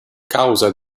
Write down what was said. causa